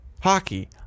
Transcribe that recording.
hockey